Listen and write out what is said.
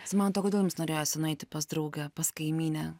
samanta o kodėl jums norėjosi nueiti pas draugę pas kaimynę